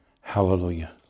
Hallelujah